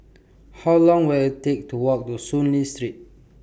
How Long Will IT Take to Walk to Soon Lee Street